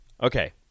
Okay